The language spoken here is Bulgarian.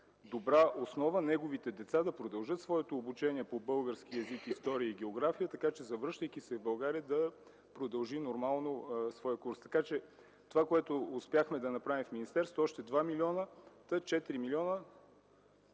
добра основа неговите деца да продължат своето обучение по български език, история и география, така че завръщайки се в България да продължи нормално своя курс. Това, което успяхме да направим в министерството – още 2 милиона, общо 4 милиона